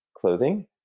clothing